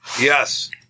Yes